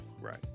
Right